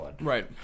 Right